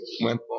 went